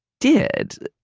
did,